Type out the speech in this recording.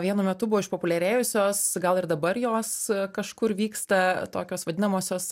vienu metu buvo išpopuliarėjusios gal ir dabar jos kažkur vyksta tokios vadinamosios